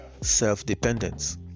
self-dependence